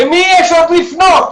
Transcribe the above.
למי יש עוד לפנות?